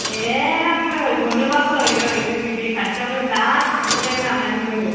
ए नै गुरनोबा फै नै जोंनि दै खाथियावनो बिराद खांख्राइलाय नालाय मोनो